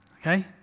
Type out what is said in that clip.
okay